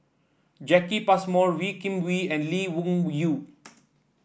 Jacki Passmore Wee Kim Wee and Lee Wung Yew